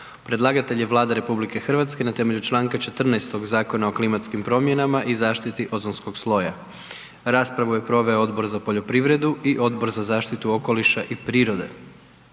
Predlagatelj je Vlada RH na temelju Članka 14. Zakona o klimatskim promjenama i zaštiti ozonskog sloja. Raspravu je proveo Odbor za poljoprivredu i Odbor za zaštitu okoliša i prirode.